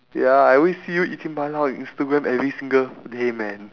ya I always see you eating mala on instagram every single day man